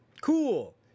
Cool